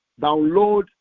download